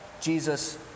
Jesus